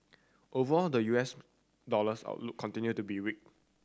overall the U S dollar's outlook continued to be weak